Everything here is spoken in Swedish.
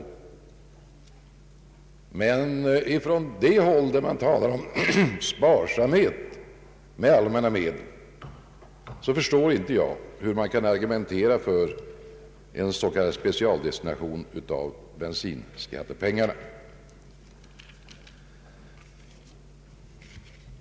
Jag förstår inte hur man från det håll där man talar om sparsamhet med allmänna medel nu kan argumentera för en s.k. specialdestination av bensinskattemedlen.